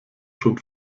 schon